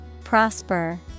Prosper